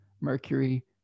Mercury